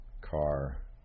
car